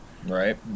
Right